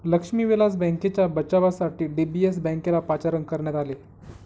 लक्ष्मी विलास बँकेच्या बचावासाठी डी.बी.एस बँकेला पाचारण करण्यात आले आहे